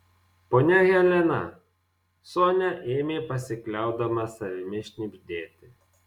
ponia helena sonia ėmė pasikliaudama savimi šnibždėti